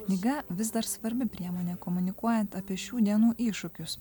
knyga vis dar svarbi priemonė komunikuojant apie šių dienų iššūkius